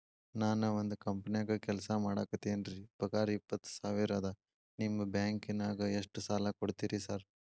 ನಾನ ಒಂದ್ ಕಂಪನ್ಯಾಗ ಕೆಲ್ಸ ಮಾಡಾಕತೇನಿರಿ ಪಗಾರ ಇಪ್ಪತ್ತ ಸಾವಿರ ಅದಾ ನಿಮ್ಮ ಬ್ಯಾಂಕಿನಾಗ ಎಷ್ಟ ಸಾಲ ಕೊಡ್ತೇರಿ ಸಾರ್?